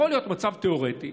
יכול להיות מצב תיאורטי